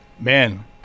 Man